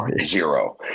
zero